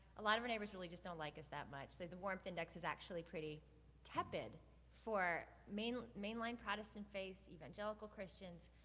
a lot our neighbors really just don't like us that much. so the warmth index is actually pretty tepid for mainline mainline protestant faiths, evangelical christians,